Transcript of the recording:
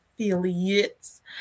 affiliates